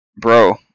bro